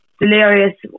delirious